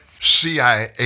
CIA